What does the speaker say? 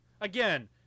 Again